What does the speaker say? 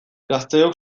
gazteok